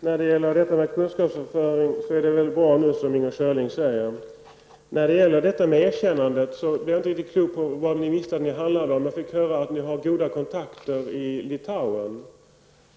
Herr talman! När det gäller kunskapsöverföringen är det som Inger Schörling nu säger bra. Beträffande erkännandet blev jag inte riktigt klok på om ni visste vad det handlar om. Jag fick höra att ni har goda kontakter i Litauen.